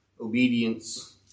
obedience